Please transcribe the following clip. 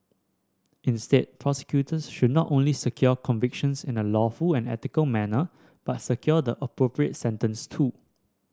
instead prosecutors should not only secure convictions in a lawful and ethical manner but secure the appropriate sentence too